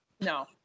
No